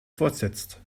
fortsetzt